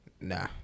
Nah